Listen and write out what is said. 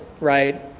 right